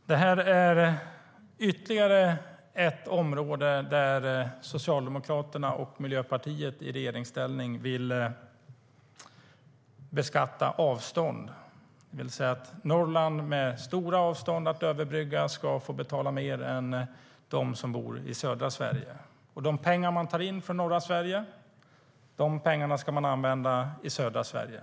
Fru talman! Det här är ytterligare ett område där Socialdemokraterna och Miljöpartiet i regeringsställning vill beskatta avstånd. Norrland med stora avstånd att överbrygga ska betala mer än södra Sverige, och de pengar man tar in från norra Sverige ska man använda i södra Sverige.